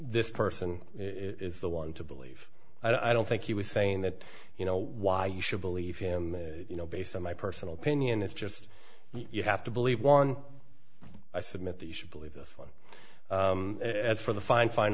this person is the one to believe i don't think he was saying that you know why you should believe him you know based on my personal opinion is just you have to believe one i submit that you should believe this one as for the fine fin